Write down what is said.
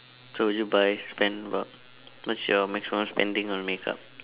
so would you buy spend about what's your maximum spending on makeups